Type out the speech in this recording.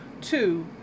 two